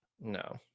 No